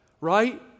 right